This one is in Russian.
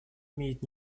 имеет